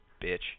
Bitch